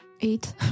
Eight